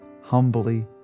humbly